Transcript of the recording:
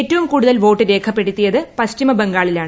ഏറ്റവും കൂടുതൽ വോട്ട് രേഖപ്പെടുത്തിയത് പശ്ചിമബംഗാളിലാണ്